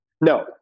No